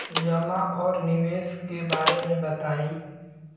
जमा और निवेश के बारे मे बतायी?